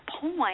point